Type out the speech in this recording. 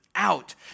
out